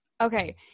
Okay